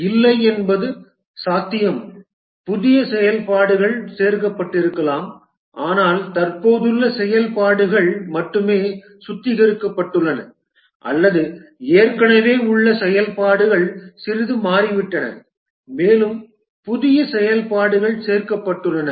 இல்லை என்பது சாத்தியம் புதிய செயல்பாடுகள் சேர்க்கப்பட்டிருக்கலாம் ஆனால் தற்போதுள்ள செயல்பாடுகள் மட்டுமே சுத்திகரிக்கப்பட்டுள்ளன அல்லது ஏற்கனவே உள்ள செயல்பாடுகள் சிறிது மாறிவிட்டன மேலும் புதிய செயல்பாடுகள் சேர்க்கப்பட்டுள்ளன